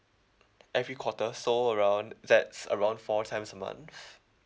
every quarter so around that's around four times a month